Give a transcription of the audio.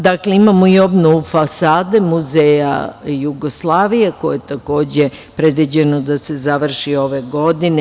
Dakle, imamo i obnovu fasade Muzeja Jugoslavije, koje je takođe predviđeno da se završi ove godine.